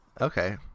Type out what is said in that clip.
okay